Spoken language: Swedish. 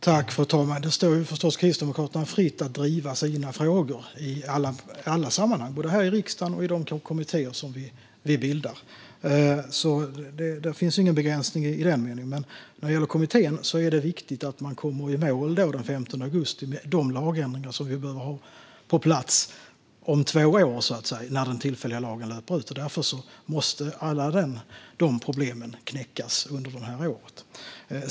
Fru talman! Det står förstås Kristdemokraterna fritt att driva sina frågor i alla sammanhang, både här i riksdagen och i de kommittéer som bildas. Det finns ingen begränsning i den meningen. Men när det gäller den här kommittén är det viktigt att man kommer i mål den 15 augusti med de lagändringar som behöver vara på plats om två år när den tillfälliga lagen löper ut. Därför måste alla de problemen knäckas under det här året.